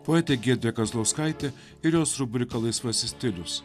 poetė giedrė kazlauskaitė ir jos rubrika laisvasis stilius